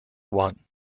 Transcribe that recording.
one